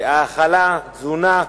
האכלה, תזונה,